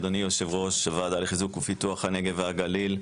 אדוני יושב הראש הוועדה לחיזוק ופיתוח הנגב והגליל,